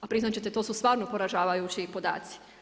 A priznati ćete to su stvarno poražavajući podaci.